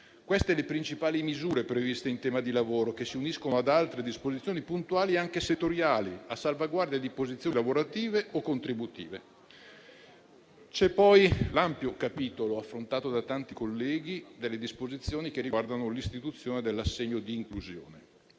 queste le principali misure previste in tema di lavoro che si uniscono ad altre disposizioni puntuali ed anche settoriali, a salvaguardia di posizioni lavorative o contributive. C'è poi l'ampio capitolo, affrontato da tanti colleghi, delle disposizioni che riguardano l'istituzione dell'assegno di inclusione.